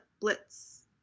Blitz